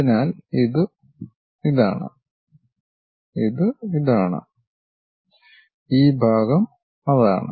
അതിനാൽ ഇത് ഇതാണ് ഇത് ഇതാണ് ഈ ഭാഗം അതാണ്